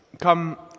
Come